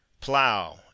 plow